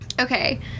Okay